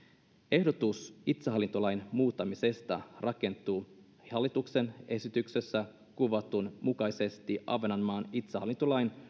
ehdotus itsehallintolain muuttamisesta rakentuu hallituksen esityksessä kuvatun mukaisesti ahvenanmaan itsehallintolain